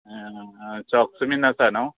socks बीन आसा न्हू